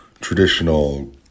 traditional